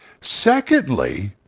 Secondly